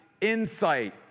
insight